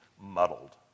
muddled